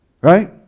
Right